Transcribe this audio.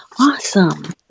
Awesome